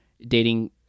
Dating